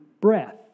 breath